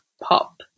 pop